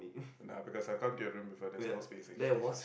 ya because I've come to your room before there's no space actually